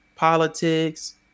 politics